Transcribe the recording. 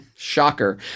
Shocker